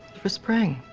for spring?